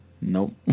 Nope